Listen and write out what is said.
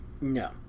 no